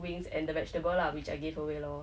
wings and the vegetable lah which I give away loh